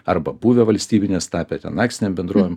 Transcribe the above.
arba buvę valstybinės tapį ten akcinėm bendrovėm